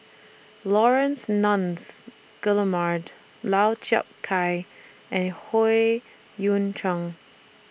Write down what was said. Laurence Nunns Guillemard Lau Chiap Khai and Howe Yoon Chong